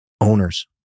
owners